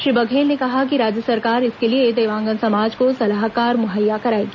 श्री बघेल ने कहा कि राज्य सरकार इसके लिए देवांगन समाज को सलाहकार मुहैया कराएगी